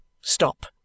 Stop